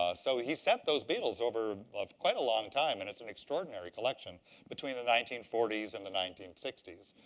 ah so he sent those beetles over quite a long time, and it's an extraordinary collection between the nineteen forty s and the nineteen sixty s.